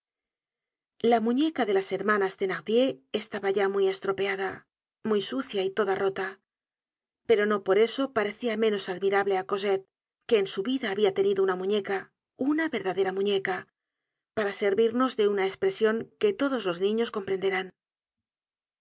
la muñeca de las hermanas thenardier estaba ya muy estropeada muy sucia y toda rota pero no por eso parecia menos admirable á cosette que en su vida habia tenido una muñeca una verdadera muñeca para servirnos de una cspvesion que todos los niños comprenderán